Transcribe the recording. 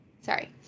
Sorry